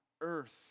earth